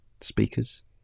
speakers